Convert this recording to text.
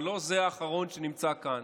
אבל לא זה האחרון שנמצא כאן.